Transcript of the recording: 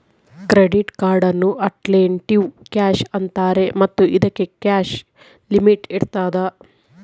credit ಕಾರ್ಡನ್ನು alternative cash ಅಂತಾರೆ ಮತ್ತು ಇದಕ್ಕೆ ಕ್ಯಾಶ್ ಲಿಮಿಟ್ ಇರ್ತದ